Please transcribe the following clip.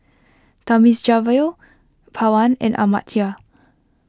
Thamizhavel Pawan and Amartya